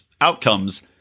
outcomes